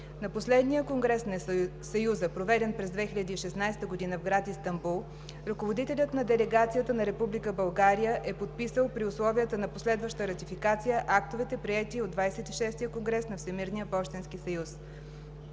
На последния конгрес на Съюза, проведен през 2016 г. в град Истанбул, ръководителят на делегацията на Република България е подписал при условията на последваща ратификация актовете, приети от XXVI конгрес на Всемирния пощенски съюз.